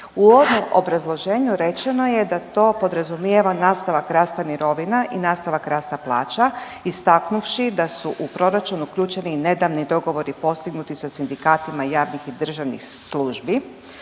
uvodnom obrazloženju rečeno je da to podrazumijeva nastavak rasta mirovina i nastavak rasta plaća istaknuvši da su u proračunu uključeni i nedavni dogovori postignuti sa sindikatima javnih i državnih službi.